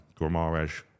Gromarej